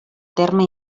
terme